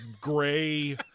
gray